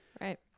right